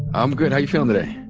i'm good. how are you feeling today?